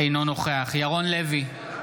אינו נוכח ירון לוי,